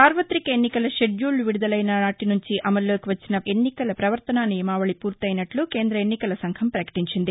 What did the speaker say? సార్వతిక ఎన్నికల షెడ్యూల్ విదుదలైన నాలి సుంచి అమల్లోకి వచ్చిన ఎన్నికల పవర్తనా నియమావళి పూరైనట్లు కేంద్ర ఎన్నికల సంఘం పకటించింది